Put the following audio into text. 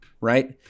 right